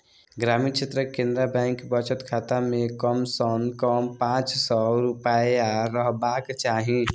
ग्रामीण क्षेत्रक केनरा बैंक बचत खाता मे कम सं कम पांच सय रुपैया रहबाक चाही